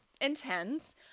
intense